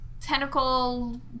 tentacle